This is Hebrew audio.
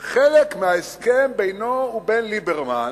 כחלק מההסכם בינו לבין ליברמן,